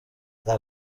saa